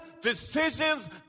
decisions